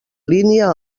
línia